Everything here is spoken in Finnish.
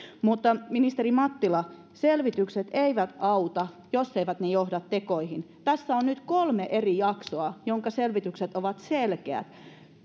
ministeri mattila selvitykset eivät auta jos eivät ne johda tekoihin tässä on nyt kolme eri jaksoa joiden selvitykset ovat